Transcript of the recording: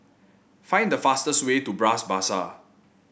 find the fastest way to Bras Basah